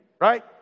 right